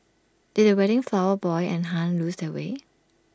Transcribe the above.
did the wedding flower boy and Hun lose their way